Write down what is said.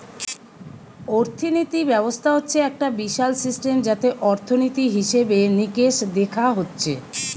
অর্থিনীতি ব্যবস্থা হচ্ছে একটা বিশাল সিস্টেম যাতে অর্থনীতি, হিসেবে নিকেশ দেখা হচ্ছে